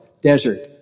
desert